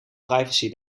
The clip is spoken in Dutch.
privacy